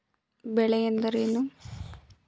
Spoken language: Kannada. ಬೆಳೆ ಎಂದರೇನು?